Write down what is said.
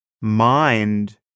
mind